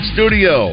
Studio